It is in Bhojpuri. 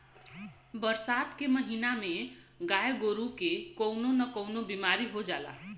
बरसात के महिना में गाय गोरु के कउनो न कउनो बिमारी हो जाला